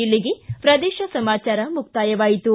ಇಲ್ಲಿಗೆ ಪ್ರದೇಶ ಸಮಾಚಾರ ಮುಕ್ತಾಯವಾಯಿತು